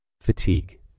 fatigue